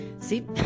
See